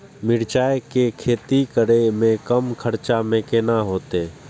मिरचाय के खेती करे में कम खर्चा में केना होते?